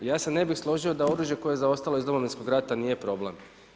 Ja se ne bih složio da oružje koje je zaostalo iz Domovinskog rata nije problem.